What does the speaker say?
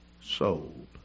Sold